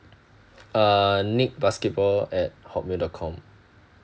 uh nick basketball at hotmail dot com